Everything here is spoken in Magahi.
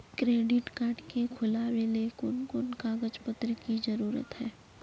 क्रेडिट कार्ड के खुलावेले कोन कोन कागज पत्र की जरूरत है?